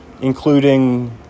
including